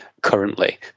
currently